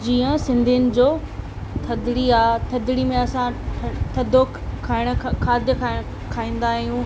जीअं सिंधियुनि जो थधिड़ी आहे थधिड़ी में असां थ थधो खाइण खां खाधो खाइण खाईंदा आहियूं